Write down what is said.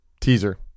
teaser